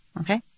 Okay